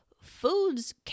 foods